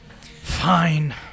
Fine